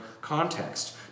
context